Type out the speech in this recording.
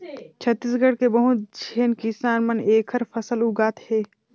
छत्तीसगढ़ के बहुत झेन किसान मन एखर फसल उगात हे